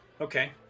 Okay